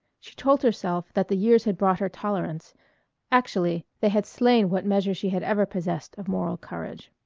she told herself that the years had brought her tolerance actually they had slain what measure she had ever possessed of moral courage.